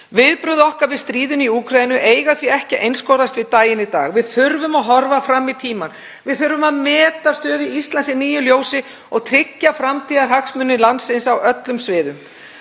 Viðbrögð okkar við stríðinu í Úkraínu eiga því ekki að einskorðast við daginn í dag. Við þurfum að horfa fram í tímann. Við þurfum að meta stöðu Íslands í nýju ljósi og tryggja framtíðarhagsmuni landsins á öllum sviðum.